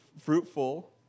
fruitful